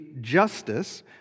justice